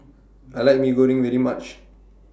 I like Mee Goreng very much